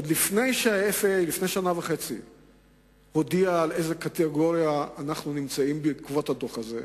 עוד לפני שה-FAA הודיע באיזו קטגוריה אנחנו מדורגים בעקבות הדוח הזה,